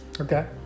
Okay